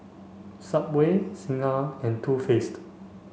Subway Singha and Too Faced